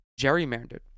gerrymandered